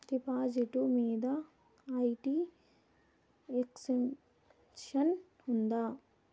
డిపాజిట్లు మీద IT exemption ఉందా?